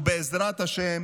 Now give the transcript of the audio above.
ובעזרת השם,